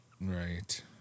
Right